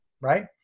right